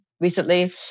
recently